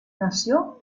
nació